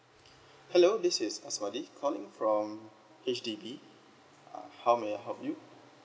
hello this is aswadi calling from H_D_B uh how may I help you